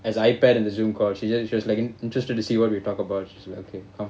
as ipad and the zoom call she just she was like interested to see what we talk about okay